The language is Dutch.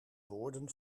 woorden